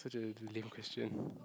such a lame question